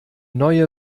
neue